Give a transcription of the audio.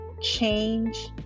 change